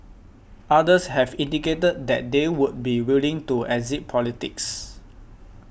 others have indicated that they would be willing to exit politics